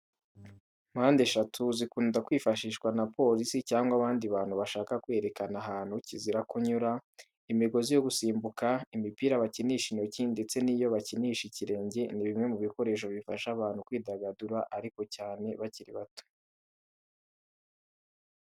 Mpande eshatu zikunda kwifashishwa na polisi cyangwa abandi bantu bashaka kwerekana ahantu kizira kunyura, imigozi yo gusimbuka, imipira bakinisha intoki ndetse n'iyo bakinisha ikirenge ni bimwe mu bikoresho bifasha abantu kwidagadura ariko cyane abakiri bato.